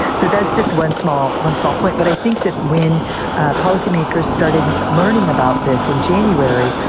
so that's just one small one small point. but i think that when policymakers started learning about this in january,